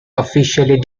officially